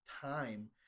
time